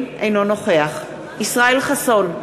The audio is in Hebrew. אינו נוכח ישראל חסון,